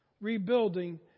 rebuilding